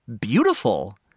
beautiful